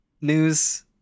news